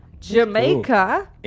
Jamaica